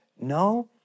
No